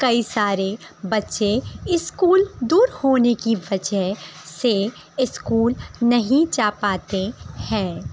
کئی سارے بچے اسکول دور ہونے کی وجہ سے اسکول نہیں جا پاتے ہیں